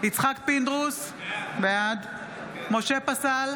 יצחק פינדרוס, בעד משה פסל,